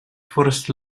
forest